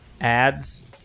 ads